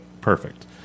Perfect